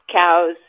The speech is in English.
cows